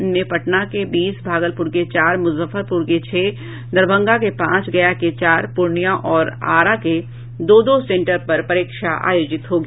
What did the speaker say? इनमें पटना के बीस भागलपुर के चार मुजफ्फरपुर के छह दरभंगा के पांच गया के चार पूर्णिया और आरा के दो दो सेंटर पर परीक्षा आयोजित होगी